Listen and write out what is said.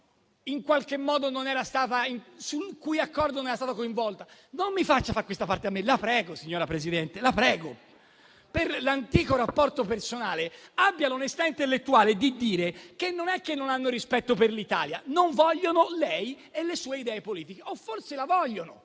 una persona e che lei non era stata coinvolta nell'accordo. Non faccia fare questa parte a me, signora Presidente, la prego. Per l'antico rapporto personale, abbia l'onestà intellettuale di dire che non è che non hanno rispetto per l'Italia: non vogliono lei e le sue idee politiche. O forse la vogliono,